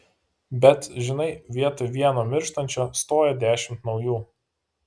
bet žinai vietoj vieno mirštančio stoja dešimt naujų